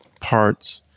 parts